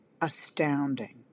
astounding